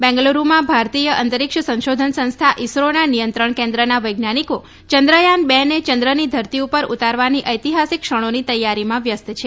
બેંગ્લુરુમા ભારતીય અંતરિક્ષ સંશોધન સંસ્થા ઇસરોના નિયંત્રણ કેન્દ્રના વૈજ્ઞાનિકો ચંદ્રયાન રને ચંદ્રની ધરતી પર ઉતારવાની ઐતિહાસિક ક્ષણોની તૈયારીમાં વ્યસ્ત છે